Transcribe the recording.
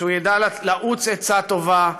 שידע לעוץ עצה טובה.